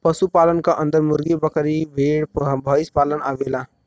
पशु पालन क अन्दर मुर्गी, बकरी, भेड़, भईसपालन आवेला